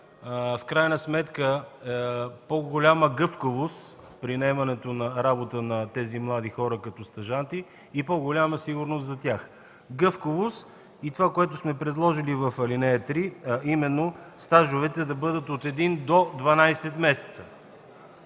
в крайна сметка по-голяма гъвкавост при наемането на работа на тези млади хора като стажанти и по-голяма сигурност за тях, гъвкавост и това, което сме предложили в ал. 3, а именно – стажовете да бъдат от един до 12 месеца.